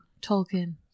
Tolkien